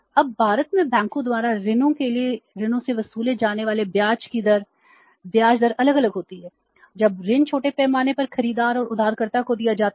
अब भारत में बैंकों द्वारा ऋणों के लिए ऋणों से वसूले जाने वाले ब्याज की दर ब्याज दर अलग अलग होती है जब ऋण छोटे पैमाने पर खरीदार और उधारकर्ता को दिया जाता है